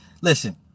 Listen